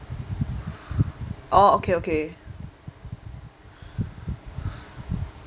oh okay okay